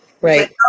Right